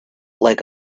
like